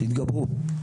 תתגברו.